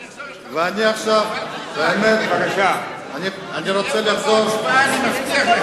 אני לא אברח בהצבעה, אני מבטיח לך.